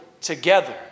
together